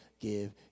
give